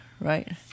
right